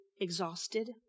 exhausted